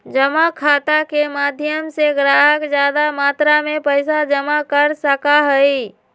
जमा खाता के माध्यम से ग्राहक ज्यादा मात्रा में पैसा जमा कर सका हई